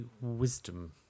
wisdom